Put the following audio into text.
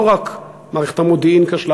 לא רק מערכת המודיעין כשלה,